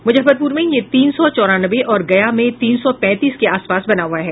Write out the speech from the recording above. मुजफ्फरपुर में यह तीन सौ चौरानवे और गया में तीन सौ पैंतीस के आसपास बना हुआ है